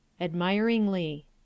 Admiringly